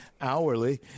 hourly